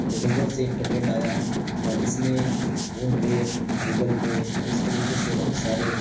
لیکن جب سے انٹرنیٹ آیا ہے اور اس نے فون پے گوگل پے اور اس طریقے سے بہت سارے